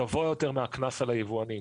גבוה יותר מהקנס על היבואנים.